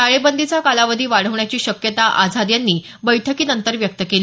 टाळेबंदीचा कालावधी वाढण्याची शक्यता आझाद यांनी या बैठकीनंतर व्यक्त केली